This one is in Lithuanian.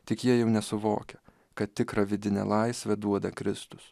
tik jie nesuvokia kad tikrą vidinę laisvę duoda kristus